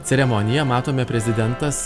ceremonija matome prezidentas